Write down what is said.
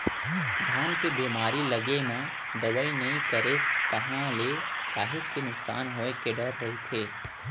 धान के बेमारी लगे म दवई नइ करेस ताहले काहेच के नुकसान होय के डर रहिथे